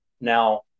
Now